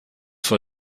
vor